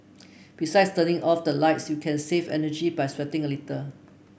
besides turning off the lights you can save energy by sweating a little